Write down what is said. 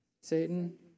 Satan